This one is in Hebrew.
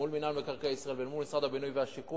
מול מינהל מקרקעי ישראל ומול משרד הבינוי והשיכון.